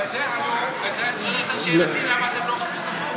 אז זאת הייתה שאלתי: למה אתם לא אוכפים את החוק?